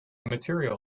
material